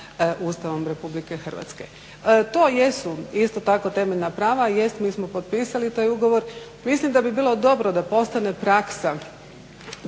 Ustavom Republike Hrvatske. To jesu isto tako temeljna prava. Jest, mi smo potpisali taj ugovor. Mislim da bi bilo dobro da postane praksa